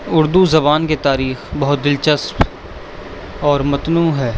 اردو زبان کی تاریخ بہت دلچسپ اور متنوع ہے